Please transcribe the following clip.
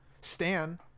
stan